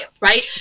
right